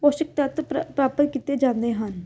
ਪੋਸ਼ਿਕ ਤੱਤ ਪ੍ਰਾਪਤ ਕੀਤੇ ਜਾਂਦੇ ਹਨ